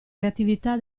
reattività